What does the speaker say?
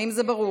האם זה ברור?